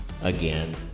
Again